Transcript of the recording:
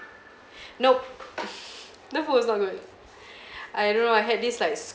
nope the food was not good I don't know I had this like